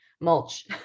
mulch